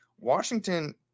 washington